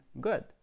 good